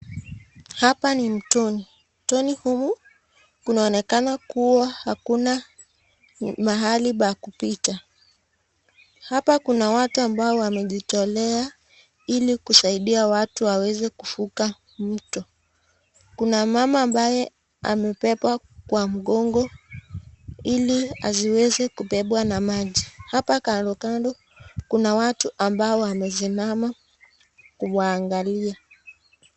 Hapa ni mtoni Mtoni huu unaonekana kuwa hakuna mahali pa kupita. Hapa kuna watu ambao wamejitolea ili kusaidia watu waweze kufuka mto. Kuna mama ambaye amebeba kwa mgongo ili asiweze kubebwa na maji. Hapa kando kando kuna watu ambao wamesimama kuwaangalia.